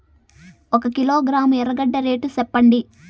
ఒక కిలోగ్రాము ఎర్రగడ్డ రేటు సెప్పండి?